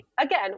again